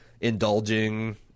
indulging